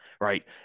right